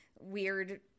weird